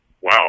wow